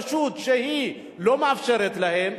היא לא מאפשרת להם,